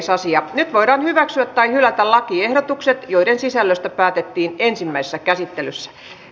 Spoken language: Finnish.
nyt voidaan hyväksyä tai hylätä lakiehdotukset joiden sisällöstä päätettiin ensimmäisessä käsittelyssä